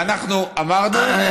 ואנחנו אמרנו, מכתבים.